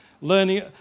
learning